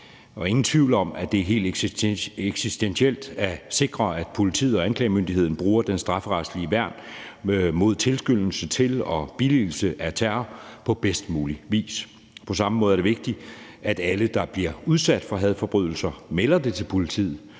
ingen tvivl om, at det er helt essentielt at sikre, at politiet og anklagemyndigheden bruger det strafferetlige værn mod tilskyndelse til og billigelse af terror på bedst mulig vis. På samme måde er det vigtigt, at alle, der bliver udsat for hadforbrydelser, melder det til politiet.